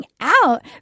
out